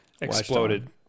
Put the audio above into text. Exploded